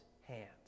hands